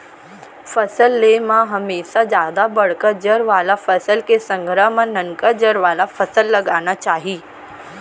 फसल ले म हमेसा जादा बड़का जर वाला फसल के संघरा म ननका जर वाला फसल लगाना चाही